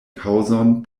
kaŭzon